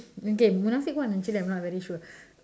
okay munafik one actually I'm not very sure